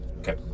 Okay